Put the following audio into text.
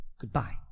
Goodbye